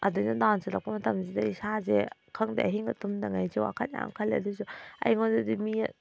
ꯑꯗꯨꯃꯥꯏꯅ ꯗꯥꯎꯟ ꯆꯠꯂꯛꯄ ꯃꯇꯝꯁꯤꯗ ꯏꯁꯥꯁꯦ ꯈꯪꯗꯦ ꯑꯍꯤꯡꯒ ꯇꯨꯝꯗꯉꯩꯁꯨ ꯋꯥꯈꯜ ꯌꯥꯝ ꯈꯜꯂꯦ ꯑꯗꯨꯑꯣꯏꯁꯨ ꯑꯩꯉꯣꯟꯗꯗꯤ ꯃꯤ